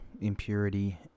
impurity